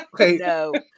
Okay